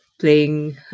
playing